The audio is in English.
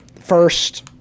first